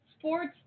Sports